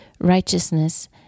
righteousness